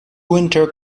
winter